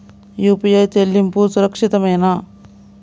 UPI చెల్లింపు సురక్షితమేనా?